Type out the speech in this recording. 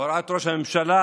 בהוראת ראש הממשלה,